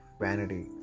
vanity